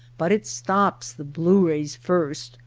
but it stops the blue rays first,